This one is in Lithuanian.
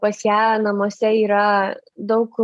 pas ją namuose yra daug